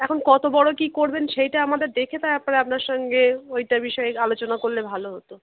এখন কতো বড়ো কী করবেন সেইটা আমাদের দেখে তারপর আপনার সঙ্গে ওইটা বিষয়ে আলোচনা করলে ভালো হতো